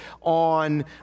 on